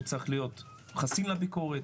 הוא צריך להיות חסין לביקורת,